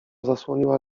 zasłoniła